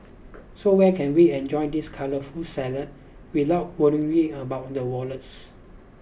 so where can we enjoy this colourful salad without worrying about the wallets